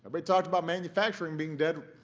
but talked about manufacturing being dead.